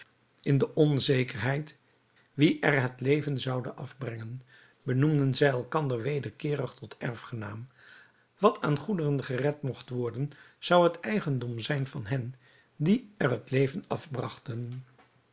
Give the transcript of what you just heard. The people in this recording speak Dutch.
in de onzekerheid wie er het leven zoude afbrengen benoemden zij elkander wederkeerig tot erfgenaam wat aan goederen gered mogt worden zou het eigendom zijn van hen die er het leven